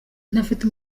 ntafite